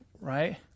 Right